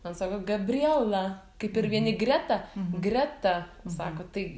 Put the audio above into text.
man sako gabriela kaip ir vieni greta greta sako taip